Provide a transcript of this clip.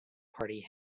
party